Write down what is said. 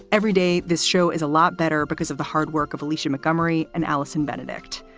every day this show is a lot better because of the hard work of alicia mcmurry and alison benedikt.